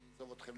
אדוני היושב-ראש,